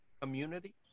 community